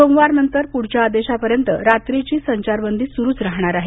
सोमवारनंतर पुढच्या आदेशापर्यंत रात्रीची संचारबंदी सुरुच राहणार आहे